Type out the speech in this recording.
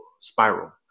spiral